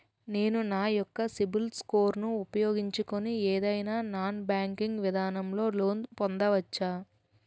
నేను నా యెక్క సిబిల్ స్కోర్ ను ఉపయోగించుకుని ఏదైనా నాన్ బ్యాంకింగ్ విధానం లొ లోన్ పొందవచ్చా?